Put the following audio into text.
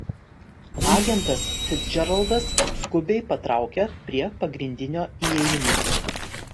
agentas ficdžeraldas skubiai patraukia prie pagrindinio įėjimo